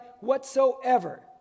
whatsoever